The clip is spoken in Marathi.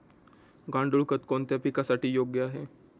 गांडूळ खत कोणत्या पिकासाठी योग्य आहे?